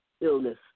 illness